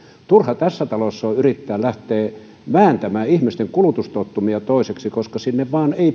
turhaa tässä talossa on yrittää lähteä vääntämään ihmisten kulutustottumuksia toisiksi koska sinne